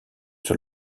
sur